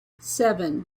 seven